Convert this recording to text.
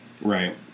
Right